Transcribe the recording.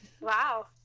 Wow